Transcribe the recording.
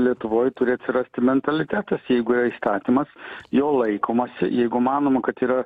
lietuvoj turi atsirasti mentalitetas jeigu yra įstatymas jo laikomasi jeigu manoma kad yra